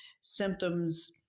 symptoms